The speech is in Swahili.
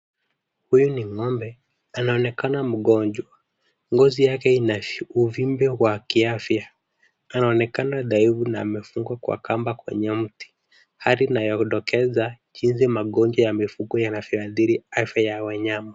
Huyu ni ng'ombe anaonekana mgonjwa, ngozi yake ina uvimbe wa kiafya. Anaonekana dhaifu na amefungwa kwa kamba kwenye mti, hali inayodokeza jinsi magonjwa ya mifugo yanavyoathiri afya ya wanyama.